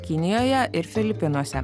kinijoje ir filipinuose